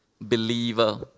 Believer